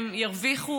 הם יצליחו,